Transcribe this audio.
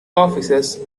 offices